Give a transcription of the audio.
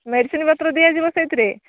medicine ପତ୍ର ଦିଆଯିବ ସେଇଥିରେ